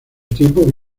tiempo